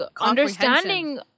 understanding